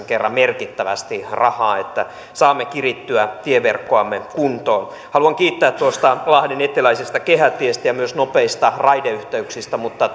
kerran merkittävästi rahaa että saamme kirittyä tieverkkoamme kuntoon haluan kiittää tuosta lahden eteläisestä kehätiestä ja myös nopeista raideyhteyksistä mutta